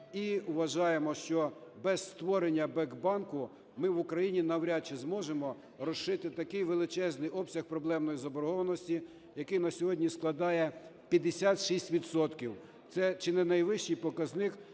І вважаємо, що без створення бек-банку ми в Україні навряд чи зможемо вирішити такий величезний обсяг проблемної заборгованості, який на сьогодні складає 56 відсотків. Це чи не найвищий показник